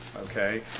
okay